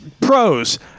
pros